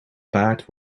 paard